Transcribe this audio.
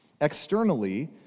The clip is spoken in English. externally—